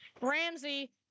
Ramsey